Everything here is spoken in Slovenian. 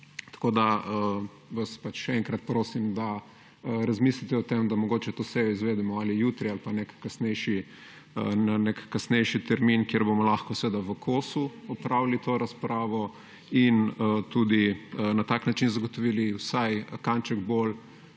Tako da vas še enkrat prosim, da razmislite o tem, da mogoče to sejo izvedemo ali jutri ali na nek kasnejši termin, kjer bomo lahko v kosu opravili to razpravo in tudi na tak način zagotovili vsaj kanček bolj